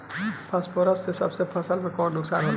Phosphorus के से फसल के का नुकसान होला?